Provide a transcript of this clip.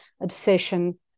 obsession